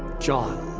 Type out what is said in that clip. jon.